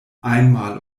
einmal